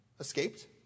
Escaped